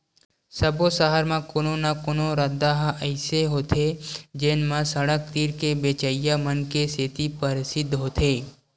सब्बो सहर म कोनो न कोनो रद्दा ह अइसे होथे जेन म सड़क तीर के बेचइया मन के सेती परसिद्ध होथे